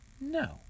No